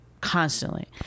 Constantly